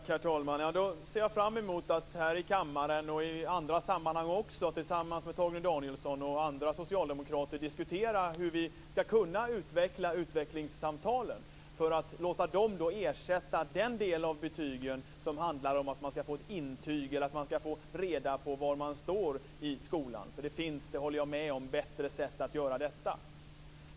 Herr talman! Jag ser fram emot att här i kammaren och i andra sammanhang också tillsammans med Torgny Danielsson och andra socialdemokrater diskutera hur vi skall kunna utveckla utvecklingssamtalen för att låta dem ersätta den del av betygen som handlar om att man skall få ett intyg eller få reda på var man står i skolan. Jag håller med om att det finns bättre sätt att göra detta.